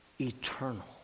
eternal